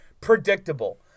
predictable